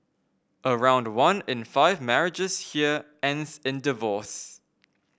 around one in five marriages here ends in divorce